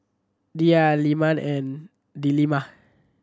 Dhia Leman and Delima